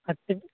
اچھا جی